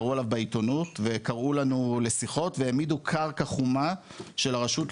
קראו עליו בעיתונות וקראו לנו לשיחות והעמידו קרקע חומה של הרשות,